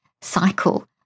cycle